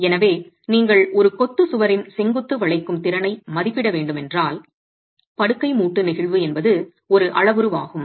எனவே நீங்கள் ஒரு கொத்து சுவரின் செங்குத்து வளைக்கும் திறனை மதிப்பிட வேண்டுமானால் படுக்கை மூட்டு நெகிழ்வு என்பது ஒரு அளவுருவாகும்